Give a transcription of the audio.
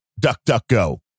DuckDuckGo